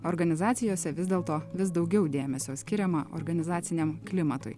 organizacijose vis dėl to vis daugiau dėmesio skiriama organizaciniam klimatui